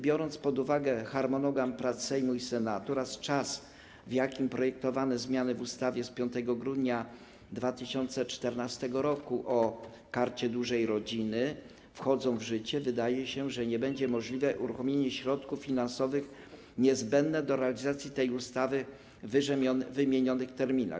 Biorąc pod uwagę harmonogram prac Sejmu i Senatu oraz czas, w jakim projektowane zmiany w ustawie z 5 grudnia 2014 r. o Karcie Dużej Rodziny wchodzą w życie, wydaje się, że nie będzie możliwe uruchomienie środków finansowych niezbędnych do realizacji tej ustawy w ww. terminach.